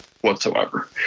whatsoever